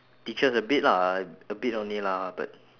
teaches a bit lah a bit only lah but